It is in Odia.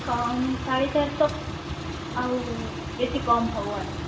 କମ୍ ସାଢ଼େ ଚାରିଶହ ଆଉ ବେଶୀ କମ ହେବ ନାହିଁ